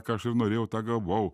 ką aš ir norėjau tą gavau